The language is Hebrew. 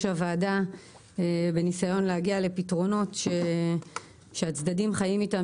הוועדה בניסיון להגיע לפתרונות שהצדדים חיים איתם